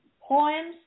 poems